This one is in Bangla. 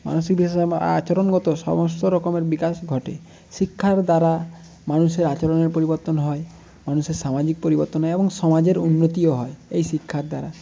আচরণগত সমস্ত রকমের বিকাশ ঘটে শিক্ষার দ্বারা মানুষের আচরণের পরিবর্তন হয় মানুষের সামাজিক পরিবর্তন হয় এবং সমাজের উন্নতিও হয় এই শিক্ষার দ্বারা